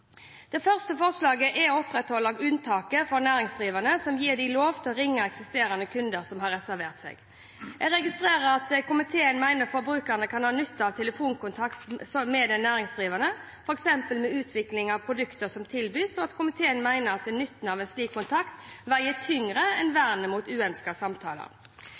Det første forslaget er å opprettholde unntaket for næringsdrivende, som gir dem lov til å ringe eksisterende kunder som har reservert seg. Jeg registrerer at komiteen mener forbrukeren kan ha nytte av telefonkontakt med den næringsdrivende, f.eks. om utvikling av produkter som tilbys, og at komiteen mener at nytten av en slik kontakt veier tyngre enn vernet mot uønskede samtaler.